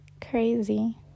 crazy